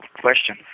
question